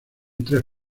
tres